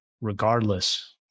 regardless